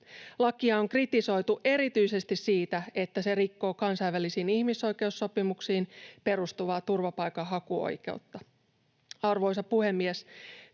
Lakia on kritisoitu erityisesti siitä, että se rikkoo kansainvälisiin ihmisoikeussopimuksiin perustuvaa turvapaikanhakuoikeutta. Arvoisa puhemies!